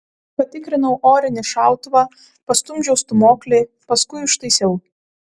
patikrinau orinį šautuvą pastumdžiau stūmoklį paskui užtaisiau